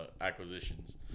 acquisitions